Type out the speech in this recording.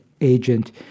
agent